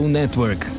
network